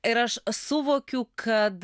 ir aš suvokiu kad